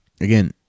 again